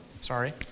sorry